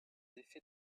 effets